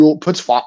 puts